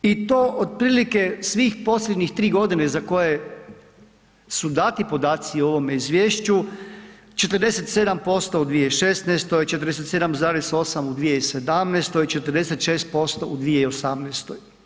I to otprilike svih posljednjih 3 godine za koje su dati podaci u ovome izvješću, 47% u 2016., 47,8 u 2017., 46% u 2018.